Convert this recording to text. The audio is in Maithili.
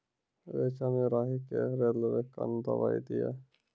रेचा मे राही के रेलवे कन दवाई दीय?